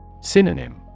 Synonym